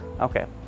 Okay